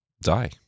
die